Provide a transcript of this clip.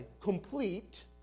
complete